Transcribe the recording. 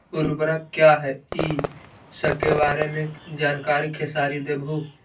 उर्वरक क्या इ सके बारे मे जानकारी खेसारी देबहू?